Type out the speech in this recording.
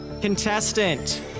contestant